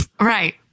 Right